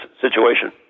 situation